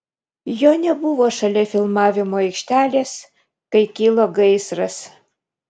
jo nebuvo šalia filmavimo aikštelės kai kilo gaisras